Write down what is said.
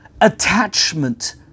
attachment